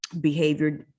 behavior